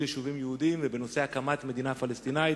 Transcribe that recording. יישובים יהודיים ובנושא הקמת מדינה פלסטינית,